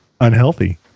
unhealthy